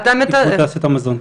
איגוד תעשיית המזון.